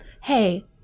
hey